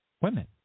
women